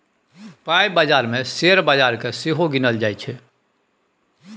पाइ बजार मे शेयर बजार केँ सेहो गिनल जाइ छै